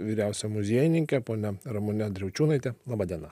vyriausia muziejininke ponia ramune driaučiūnaite laba diena